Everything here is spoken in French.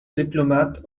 diplomates